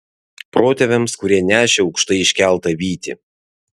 protėviams kurie nešė aukštai iškeltą vytį